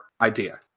idea